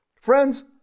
Friends